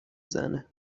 زنه